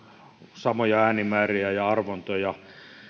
samoja äänimääriä ja arvontoja